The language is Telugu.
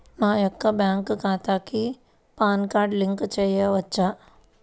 నా యొక్క బ్యాంక్ ఖాతాకి పాన్ కార్డ్ లింక్ చేయవచ్చా?